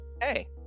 hey